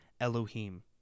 Elohim